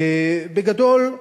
בגדול,